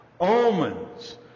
omens